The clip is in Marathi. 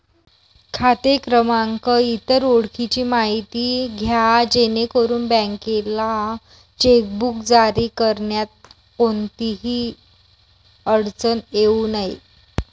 खाते क्रमांक, इतर ओळखीची माहिती द्या जेणेकरून बँकेला चेकबुक जारी करण्यात कोणतीही अडचण येऊ नये